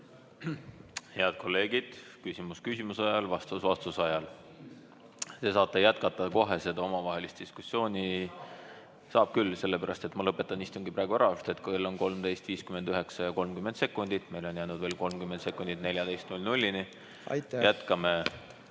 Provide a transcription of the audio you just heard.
Head kolleegid, küsimus küsimuse ajal, vastus vastuse ajal. Te saate jätkata kohe seda omavahelist diskussiooni. Saab küll, sellepärast et ma lõpetan istungi praegu ära, sest kell on 13.59 ja 30 sekundit. Meil on jäänud veel 30 sekundit kella 14-ni. Jätkame